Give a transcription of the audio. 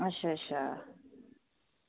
अच्छा अच्छा